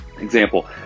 example